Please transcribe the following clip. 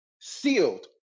sealed